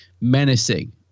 menacing